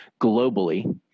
globally